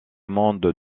monde